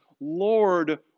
Lord